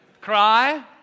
Cry